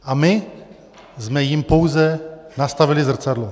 A my jsme jim pouze nastavili zrcadlo.